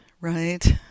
right